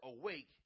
awake